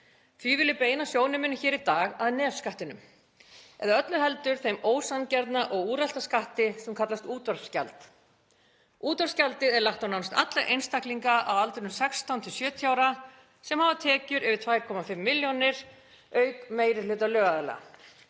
Því vil ég beina sjónum mínum hér í dag að nefskattinum eða öllu heldur þeim ósanngjarna og úrelta skatti sem kallast útvarpsgjald. Útvarpsgjaldið er lagt á nánast alla einstaklinga á aldrinum 16–70 ára sem hafa tekjur yfir 2,5 milljónir auk meiri hluta lögaðila.